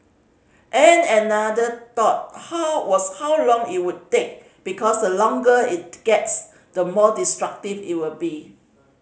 and another thought how was how long it would take because the longer it gets the more destructive it will be